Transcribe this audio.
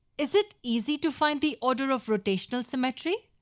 is it easy to find the order of rotational symmetry?